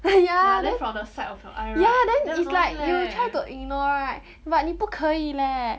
ya then it's like you try to ignore right but 你不可以 leh